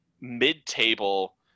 mid-table